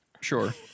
Sure